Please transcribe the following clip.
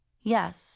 Yes